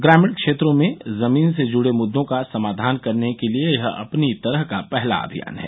ग्रामीण क्षेत्रों में जमीन से जुड़े मुद्दों का समाधान करने के लिए यह अपनी तरह का पहला अमियान है